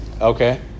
Okay